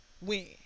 win